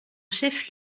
chef